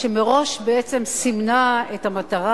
שמראש בעצם סימנה את המטרה.